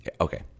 okay